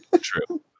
true